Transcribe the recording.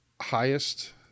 highest